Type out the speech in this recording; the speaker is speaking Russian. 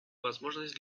возможность